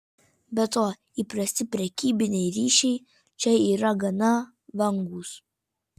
be to įprasti prekybiniai ryšiai čia yra gana vangūs